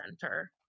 center